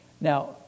Now